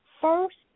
first